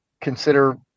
consider